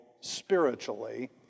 spiritually